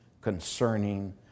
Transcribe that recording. concerning